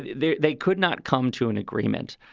they they could not come to an agreement.